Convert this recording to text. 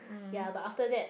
ya but after that